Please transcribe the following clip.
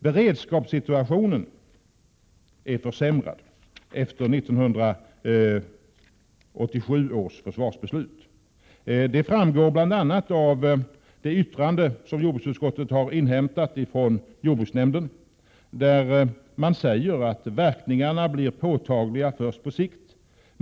Beredskapssituationen är försämrad efter 1987 års försvarsbeslut. Det framgår bl.a. av det yttrande som jordbruksutskottet har inhämtat från jordbruksnämnden, där man säger att: ”Verkningarna blir påtagliga först på sikt.